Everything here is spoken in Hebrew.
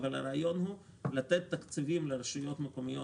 אבל הרעיון הוא לתת תקציבים לרשויות מקומיות